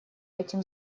этим